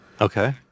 Okay